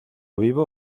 vivo